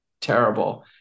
terrible